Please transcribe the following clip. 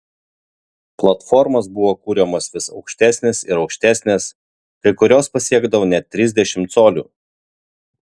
platformos buvo kuriamos vis aukštesnės ir aukštesnės kai kurios pasiekdavo net trisdešimt colių